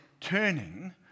turning